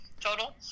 total